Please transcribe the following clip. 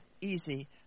easy